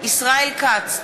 ישראל כץ,